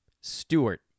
Stewart